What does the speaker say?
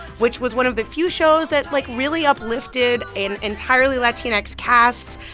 which was one of the few shows that, like, really uplifted an entirely latinx cast.